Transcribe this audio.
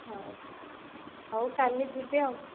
ହଉ ହଉ କାଲି ଯିବି ଆଉ